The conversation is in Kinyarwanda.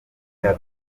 cya